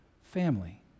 family